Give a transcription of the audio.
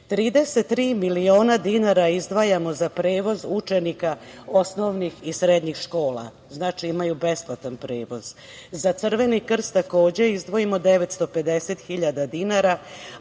tri miliona dinara izdvajamo za prevoz učenika osnovnih i srednjih škola, znači imaju besplatan prevoz.Za Creveni krst izdvajamo takođe 950 hiljada dinara,